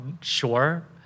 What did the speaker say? sure